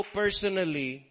personally